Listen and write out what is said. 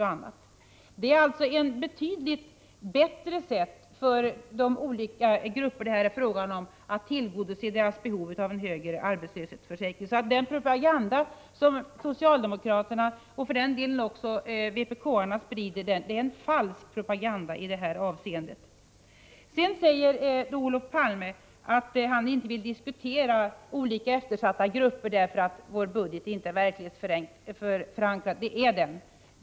Vi föreslår alltså ett betydligt bättre sätt att för de olika grupper det här är fråga om tillgodose behovet av en högre arbetslöshetsförsäkring. Den propaganda som socialdemokraterna — och för den delen också vpk-arna — sprider är en falsk propaganda i det här avseendet. Sedan säger Olof Palme att han inte vill diskutera olika eftersatta grupper därför att vår budget inte är verklighetsförankrad. Det är den.